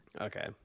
okay